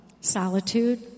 solitude